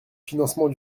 financement